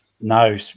No